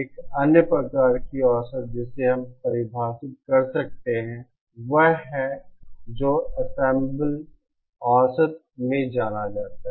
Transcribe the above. एक अन्य प्रकार की औसत जिसे हम परिभाषित कर सकते हैं वह है जो एंसेंबल औसत में जाना जाता है